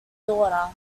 daughter